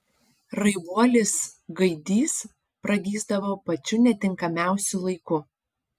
raibuolis gaidys pragysdavo pačiu netinkamiausiu laiku